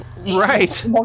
Right